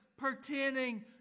pertaining